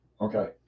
Okay